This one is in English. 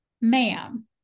ma'am